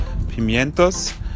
pimientos